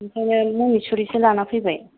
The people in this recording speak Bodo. बिखायनो मनिसुरिसो लाना फैबाय